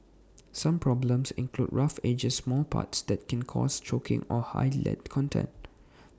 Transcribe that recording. some problems include rough edges small parts that can cause choking or high lead content